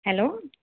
hello